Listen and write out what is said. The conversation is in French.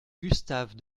gustave